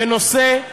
בנושא,